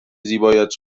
زیبایت